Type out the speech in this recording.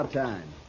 time